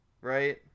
right